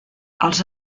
els